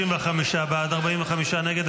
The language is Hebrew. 35 בעד, 45 נגד.